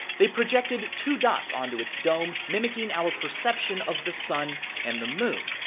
they projected two dots onto its dome, mimicking our perception of the sun and the moon.